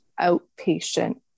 outpatient